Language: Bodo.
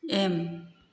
एम